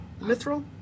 mithril